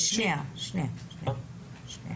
שנייה, שנייה.